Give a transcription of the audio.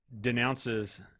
denounces